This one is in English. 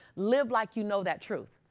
live like you know that truth.